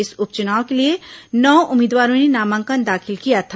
इस उप चुनाव के लिए नौ उम्मीदवारों ने नामांकन दाखिल किया था